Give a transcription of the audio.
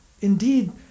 indeed